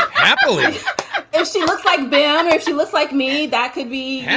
happily if she looks like bad or if she looks like me, that could be